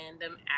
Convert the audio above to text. random